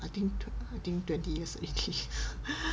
I think I think twenty years already